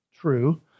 true